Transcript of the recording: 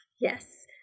Yes